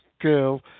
girl